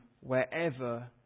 wherever